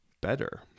better